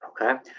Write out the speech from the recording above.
Okay